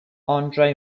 andrei